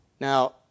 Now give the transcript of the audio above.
Now